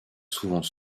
souvent